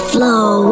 Flow